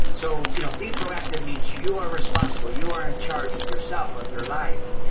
so you know be proactive means, you are responsible, you are in charge of yourself, of your life.